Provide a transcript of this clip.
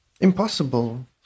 Impossible